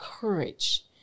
courage